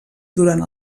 durant